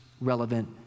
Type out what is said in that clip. relevant